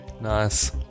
Nice